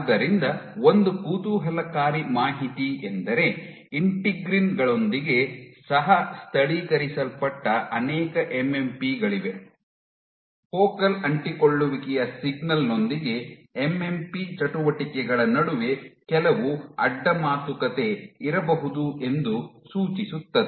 ಆದ್ದರಿಂದ ಒಂದು ಕುತೂಹಲಕಾರಿ ಮಾಹಿತಿಯೆಂದರೆ ಇಂಟಿಗ್ರಿನ್ ಗಳೊಂದಿಗೆ ಸಹ ಸ್ಥಳೀಕರಿಸಲ್ಪಟ್ಟ ಅನೇಕ ಎಂಎಂಪಿ ಗಳಿವೆ ಫೋಕಲ್ ಅಂಟಿಕೊಳ್ಳುವಿಕೆಯ ಸಿಗ್ನಲಿಂಗ್ ನೊಂದಿಗೆ ಎಂಎಂಪಿ ಚಟುವಟಿಕೆಗಳ ನಡುವೆ ಕೆಲವು ಅಡ್ಡ ಮಾತುಕತೆ ಇರಬಹುದು ಎಂದು ಸೂಚಿಸುತ್ತದೆ